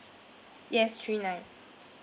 yes three nine